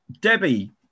Debbie